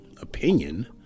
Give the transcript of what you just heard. opinion